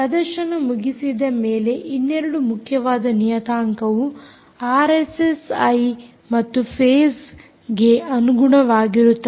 ಪ್ರದರ್ಶನ ಮುಗಿಸಿದ ಮೇಲೆ ಇನ್ನೆರಡು ಮುಖ್ಯವಾದ ನಿಯತಾಂಕವು ಆರ್ಎಸ್ಎಸ್ಐ ಮತ್ತು ಫೇಸ್ಗೆ ಅನುಗುಣವಾಗಿರುತ್ತದೆ